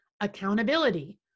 accountability